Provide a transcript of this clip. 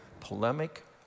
polemic